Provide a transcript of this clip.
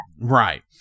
Right